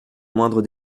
moindre